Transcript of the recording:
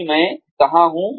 आज मैं कहाँ हूँ